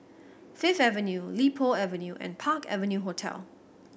Fifth Avenue Li Po Avenue and Park Avenue Hotel